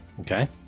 Okay